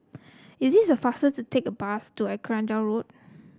is it faster to take the bus to Arcadia Road